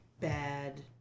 bad